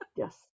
Yes